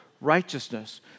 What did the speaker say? righteousness